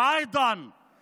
וכמו כן,